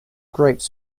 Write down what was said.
grapes